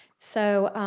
so